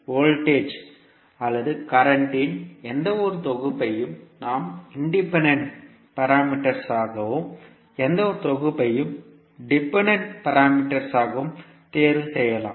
voltage அல்லது current இன் எந்தவொரு தொகுப்பையும் நாம் இன்டிபெண்டன்ட் பாராமீட்டர்கள் ஆகவும் எந்தவொரு தொகுப்பையும் டிபெண்டன்ட் பாராமீட்டர்கள் ஆகவும் தேர்வு செய்யலாம்